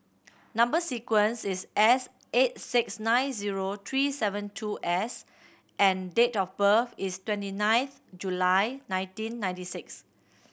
number sequence is S eight six nine zero three seven two S and date of birth is twenty ninth July nineteen ninety six